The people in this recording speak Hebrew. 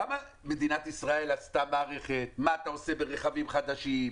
מדינת ישראל עשתה מערכת מה אתה עושה ברכבים חדשים,